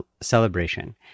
celebration